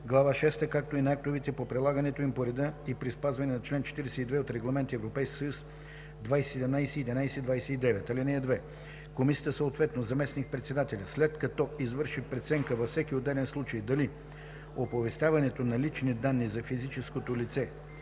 глава шеста, както и на актовете по прилагането им по реда и при спазване на чл. 42 от Регламент (ЕС) 2017/1129. (2) Комисията, съответно заместник-председателят, след като извърши преценка във всеки отделен случай дали оповестяването на лични данни – за физическото лице,